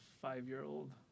five-year-old